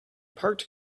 parked